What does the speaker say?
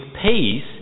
peace